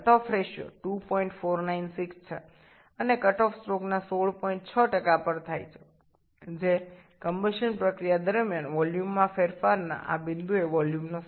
কাট off অনুপাতটি হল ২৪৯৬ এবং কাট অফ টি স্ট্রোকের ১৬৬ এ সংঘটিত হয় যা দহন প্রক্রিয়া চলাকালীন আয়তন পরিবর্তনের সময়ের একটি আয়তন কে বোঝায়